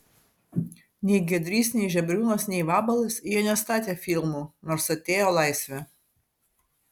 nei giedrys nei žebriūnas nei vabalas jie nestatė filmų nors atėjo laisvė